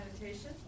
meditation